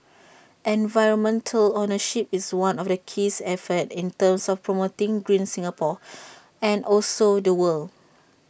environmental ownership is one of the keys efforts in terms of promoting green Singapore and also the world